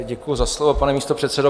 Děkuji za slovo, pane místopředsedo.